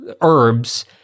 herbs